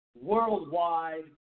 worldwide